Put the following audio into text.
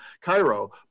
Cairo